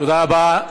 תודה רבה.